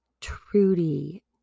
Trudy